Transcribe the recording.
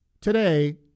Today